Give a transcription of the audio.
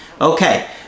Okay